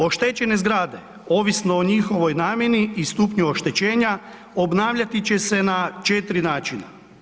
Oštećene zgrade ovisno o njihovoj namjeni i stupnju oštećenja obnavljati će se na 4 načina.